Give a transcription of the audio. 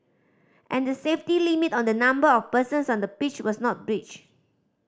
and the safety limit on the number of persons on the pitch was not breached